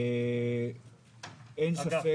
אין ספק